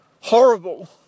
horrible